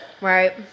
Right